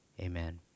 amen